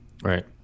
Right